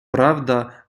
правда